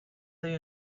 the